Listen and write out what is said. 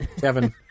Kevin